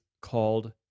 called